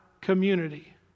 community